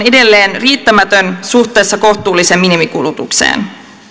edelleen riittämätön suhteessa kohtuulliseen minimikulutukseen